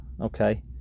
okay